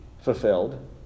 fulfilled